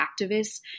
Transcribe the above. activists